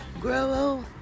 grow